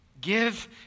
Give